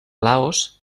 laos